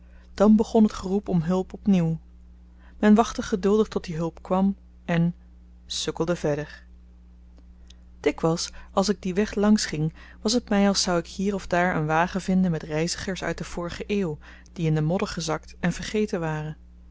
dan begon het geroep om hulp op nieuw men wachtte geduldig tot die hulp kwam en sukkelde verder dikwyls als ik dien weg langs ging was t my als zou ik hier of daar een wagen vinden met reizigers uit de vorige eeuw die in den modder gezakt en vergeten waren